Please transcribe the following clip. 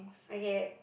okay